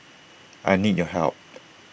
I need your help